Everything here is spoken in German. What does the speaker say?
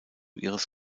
ihres